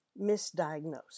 misdiagnosed